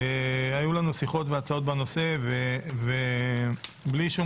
היו לנו שיחות והצעות בנושא ובלי שום